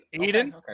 Eden